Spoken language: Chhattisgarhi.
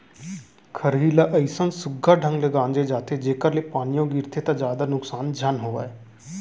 खरही ल अइसन सुग्घर ढंग ले गांजे जाथे जेकर ले पानियो गिरगे त जादा नुकसान झन होवय